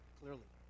clearly